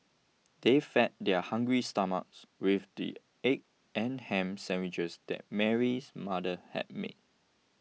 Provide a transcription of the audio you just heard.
they fed their hungry stomachs with the egg and ham sandwiches that Mary's mother had made